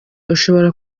ushobora